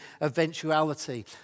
eventuality